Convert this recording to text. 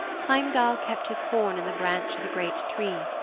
heimdall kept his horn in the branch of a great tree.